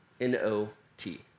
N-O-T